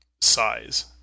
size